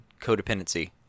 codependency